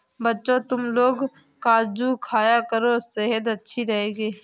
बच्चों, तुमलोग काजू खाया करो सेहत अच्छी रहेगी